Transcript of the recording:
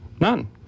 None